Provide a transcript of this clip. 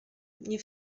nie